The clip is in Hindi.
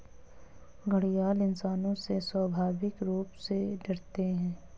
घड़ियाल इंसानों से स्वाभाविक रूप से डरते है